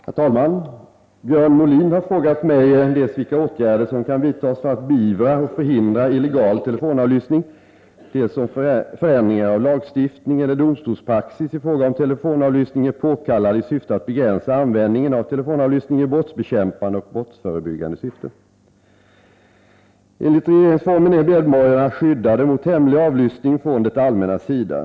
Herr talman! Björn Molin har frågat mig dels vilka åtgärder som kan vidtas för att beivra och förhindra illegal telefonavlyssning, dels om förändringar av lagstiftning eller domstolspraxis i fråga om telefonavlyssning är påkallade i syfte att begränsa användningen av telefonavlyssning i brottsbekämpande och brottsförebyggande syfte. Enligt regeringsformen är medborgarna skyddade mot hemlig avlyssning från det allmännas sida.